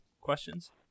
questions